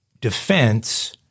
defense